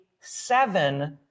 seven